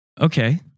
Okay